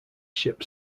ship